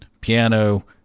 piano